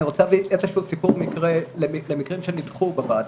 אני רוצה להבין איזה סוג סיקור למקרים שנדחו בוועדה.